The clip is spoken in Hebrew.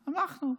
אנחנו.